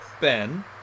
Ben